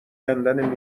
کندن